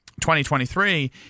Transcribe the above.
2023